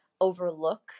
overlook